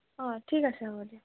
অঁ ঠিক আছে হ'ব দিয়ক